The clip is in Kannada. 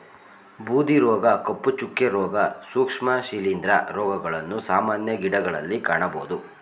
ಬೂದಿ ರೋಗ, ಕಪ್ಪು ಚುಕ್ಕೆ, ರೋಗ, ಸೂಕ್ಷ್ಮ ಶಿಲಿಂದ್ರ ರೋಗಗಳನ್ನು ಸಾಮಾನ್ಯ ಗಿಡಗಳಲ್ಲಿ ಕಾಣಬೋದು